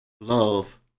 love